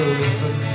listen